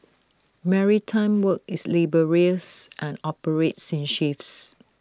maritime work is laborious and operates in shifts